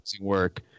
work